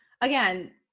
again